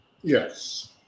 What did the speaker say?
Yes